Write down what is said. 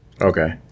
Okay